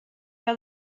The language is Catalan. que